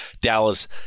Dallas